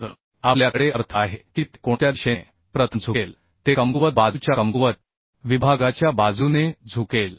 तर आपल्या कडे अर्थ आहे की ते कोणत्या दिशेने प्रथम झुकेल ते कमकुवत बाजूच्या कमकुवत विभागाच्या बाजूने झुकेल